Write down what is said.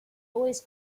always